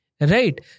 Right